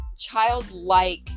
childlike